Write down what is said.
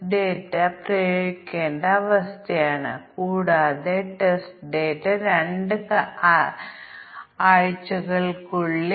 minus 2 ആയ lower ബൌണ്ടിനേക്കാൾ വളരെ ഉയർന്നതും 9 ആയ ഉയർന്ന ബൌണ്ടിനേക്കാൾ താഴ്ന്നതുമായ ഒരു സംഖ്യയും ഞങ്ങൾ ഉൾപ്പെടുത്തണം